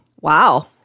Wow